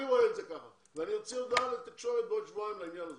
כך אני רואה את זה ואני אוציא הודעה לתקשורת בעוד שבועיים בעניין הזה.